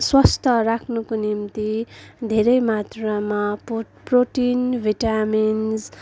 स्वास्थ्य राख्नको निम्ति धेरै मात्रामा प प्रोटिन भिटामिन्स